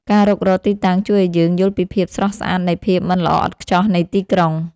ការរុករកទីតាំងជួយឱ្យយើងយល់ពីភាពស្រស់ស្អាតនៃភាពមិនល្អឥតខ្ចោះនៃទីក្រុង។